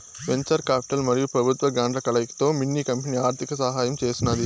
venture capital మరియు పెబుత్వ గ్రాంట్ల కలయికతో మిన్ని కంపెనీ ఆర్థిక సహాయం చేసినాది